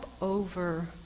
over